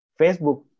Facebook